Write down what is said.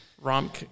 rom